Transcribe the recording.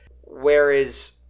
Whereas